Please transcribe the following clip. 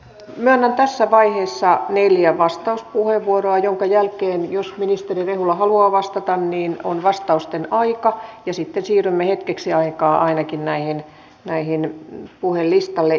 myönnän tässä vaiheessa neljä vastauspuheenvuoroa joiden jälkeen jos ministeri rehula haluaa vastata on vastausten aika ja sitten siirrymme ainakin hetkeksi aikaa tähän puhelistalle